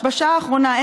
בשעה האחרונה,